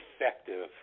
effective